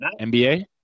NBA